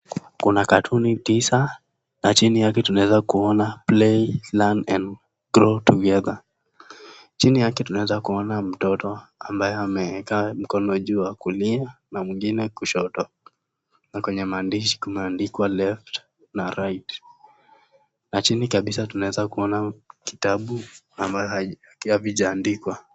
Kuna katuni tisa, na chini yake tunaweza kuona play learn and grow together , chini yake tunaweza kuona mtoto ambaye ameweka mkono juu wakulia na mwingine kushoto, na kwenye maandishi imeandikwa left na right , na chini kabisa tunaweza kuona kitabu ambaye havijaandikwa.